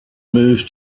move